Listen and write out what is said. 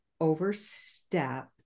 overstep